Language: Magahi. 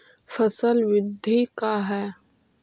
फसल वृद्धि का है?